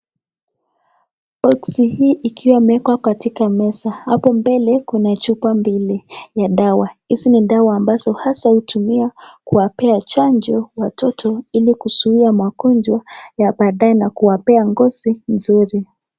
Boksi hii, ikiwa imewekwa katika meza. Hapo mbele kuna chupa mbili ya dawa. Hizi ni dawa ambazo hasa hutumia kuwapea chanjo watoto ili kuzuia magonjwa ya baadaye na kuwapea ngozi nzuri.